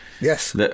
Yes